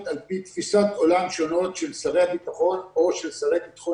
על פי תפיסות עולם שונות של שרי הביטחון או של שרי ביטחון